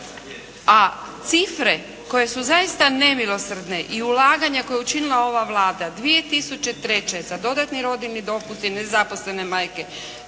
a cifre koje su zaista nemilosrdne i ulaganja koja je učinila ova Vlada 2003. za dodatni rodiljni dopust i nezaposlene majke